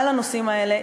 על הנושאים האלה,